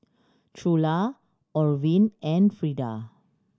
Trula Orvin and Frida